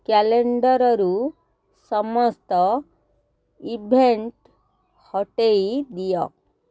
କ୍ୟାଲେଣ୍ଡର୍ରୁ ସମସ୍ତ ଇଭେଣ୍ଟ୍ ହଟେଇ ଦିଅ